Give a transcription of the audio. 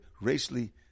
racially